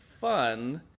fun